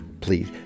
please